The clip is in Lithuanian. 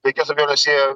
be jokios abejonės jie